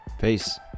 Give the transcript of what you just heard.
Peace